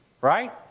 right